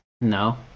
No